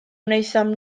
wnaethon